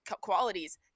qualities